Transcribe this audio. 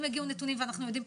אם יגיעו נתונים ואנחנו יודעים,